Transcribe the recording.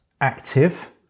active